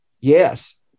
yes